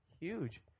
huge